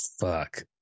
Fuck